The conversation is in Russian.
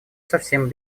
совсем